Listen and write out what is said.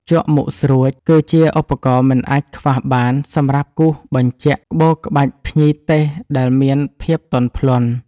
ជក់មុខស្រួច គឺជាឧបករណ៍មិនអាចខ្វះបានសម្រាប់គូសបញ្ជាក់ក្បូរក្បាច់ភ្ញីទេសឱ្យមានភាពទន់ភ្លន់។